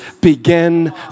begin